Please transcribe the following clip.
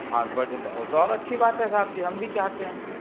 हाँ वो तो और अच्छी बात है साहब जी हम भी चाहते हैं